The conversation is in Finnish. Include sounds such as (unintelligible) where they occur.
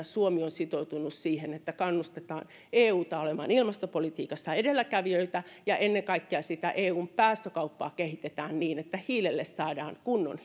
(unintelligible) suomi on sitoutunut siihen että kannustetaan euta olemaan ilmastopolitiikassa edelläkävijä ja ennen kaikkea kehitetään sitä eun päästökauppaa niin että hiilelle saadaan kunnon (unintelligible)